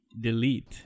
delete